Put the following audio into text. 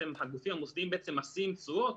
הגופים המוסדיים בעצם משיאים תשואות,